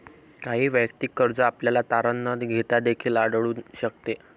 काही वैयक्तिक कर्ज आपल्याला तारण न घेता देखील आढळून शकते